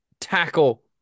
tackle